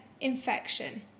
infection